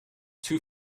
two